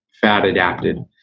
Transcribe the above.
fat-adapted